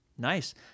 Nice